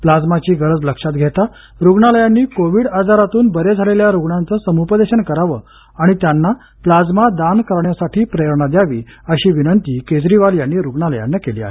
प्लाज्माची गरज लक्षांत घेता रुग्णालयांनी कोविड आजारातून बरे झालेल्या रुग्णांचं समुपदेशन करावं आणि त्यांना प्लाझ्मा दान करण्यासाठी प्रेरणा द्यावी अशी विनंती केजरीवाल यांनी रुग्णालयांना केली आहे